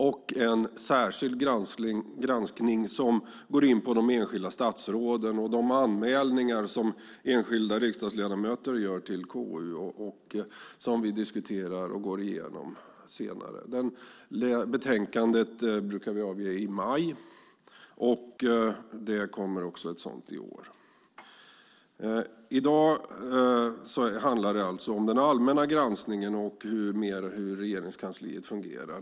Den andra är en särskild granskning som går in på de enskilda statsråden och de anmälningar som enskilda riksdagsledamöter gör till KU som vi diskuterar och går igenom. Det betänkandet brukar vi avge i maj. Det kommer ett sådant också i år. I dag handlar det alltså om den allmänna granskningen och om hur Regeringskansliet fungerar.